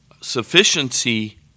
sufficiency